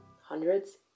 Hundreds